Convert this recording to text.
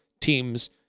teams